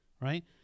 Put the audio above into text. right